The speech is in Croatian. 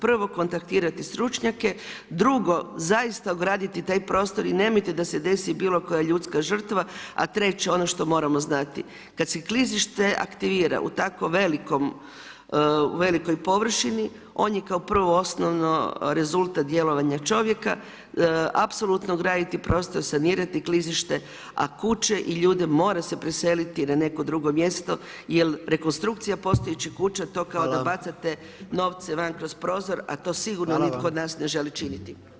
Prvo kontaktirati stručnjake, drugo zaista ograditi taj prostor i nemojte da se desi bilo koja ljudska žrtva, a treće, ono što moramo znati, kada se klizište aktivira, u tako velikoj površini, on je kao prvo osnovno rezultat djelovanja čovjeka, apsolutno graditi prostor, sanirati klizište, a kuće i ljude mora se preseliti na neko drugo mjesto jer rekonstrukcija postojećih kuća to kao da bacate novce van kroz prozor, a to sigurno nitko od nas ne želi činiti.